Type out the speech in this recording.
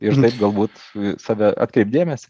ir galbūt į save atkreipt dėmesį